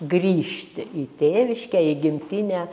grįžti į tėviškę į gimtinę